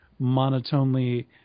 monotonely